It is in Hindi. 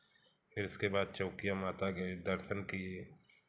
फिर उसके बाद चौकिया माता गए दर्शन किए